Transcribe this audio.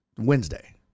Wednesday